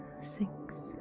sinks